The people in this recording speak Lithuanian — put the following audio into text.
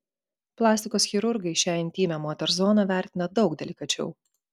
plastikos chirurgai šią intymią moters zoną vertina daug delikačiau